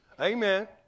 Amen